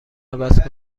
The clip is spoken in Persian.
عوض